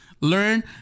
learn